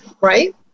right